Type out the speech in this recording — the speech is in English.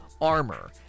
armor